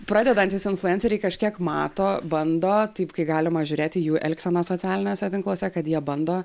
pradedantys influenceriai kažkiek mato bando taip kai galima žiūrėti jų elgseną socialiniuose tinkluose kad jie bando